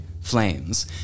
flames